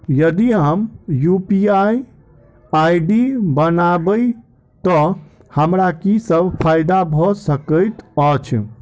यदि हम UPI ID बनाबै तऽ हमरा की सब फायदा भऽ सकैत अछि?